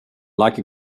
like